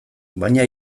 baina